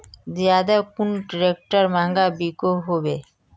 ज्यादा कुन ट्रैक्टर महंगा बिको होबे?